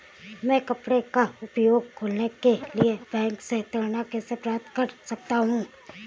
मैं कपड़े का उद्योग खोलने के लिए बैंक से ऋण कैसे प्राप्त कर सकता हूँ?